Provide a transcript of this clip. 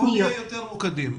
בואי נהיה יותר ממוקדים.